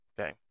Okay